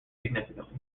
significantly